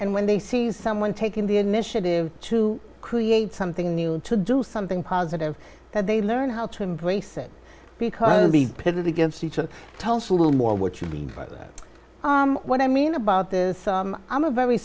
and when they see someone taking the initiative to create something new to do something positive that they learn how to embrace it because be pitted against each other tell us a little more what you believe what i mean about this i'm a very